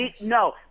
no